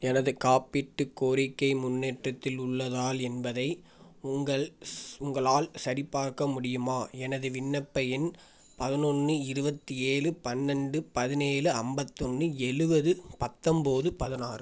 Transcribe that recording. எனது காப்பீட்டுக் கோரிக்கை முன்னேற்றத்தில் உள்ளதால் என்பதை உங்கள் ஸ் உங்களால் சரிப்பார்க்க முடியுமா எனது விண்ணப்ப எண் பதினொன்று இருபத்தி ஏழு பன்னெண்டு பதினேழு ஐம்பத்து ஒன்று எழுவது பத்தொம்பது பதினாறு